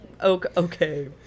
okay